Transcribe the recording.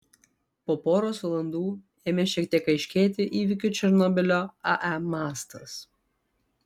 po poros valandų ėmė šiek tiek aiškėti įvykių černobylio ae mastas